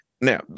now